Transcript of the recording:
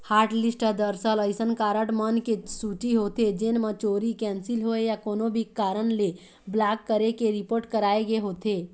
hotlist ह दरअसल अइसन कारड मन के सूची होथे जेन म चोरी, कैंसिल होए या कोनो भी कारन ले ब्लॉक करे के रिपोट कराए गे होथे